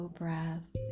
breath